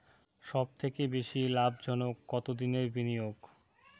সবথেকে বেশি লাভজনক কতদিনের বিনিয়োগ?